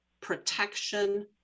protection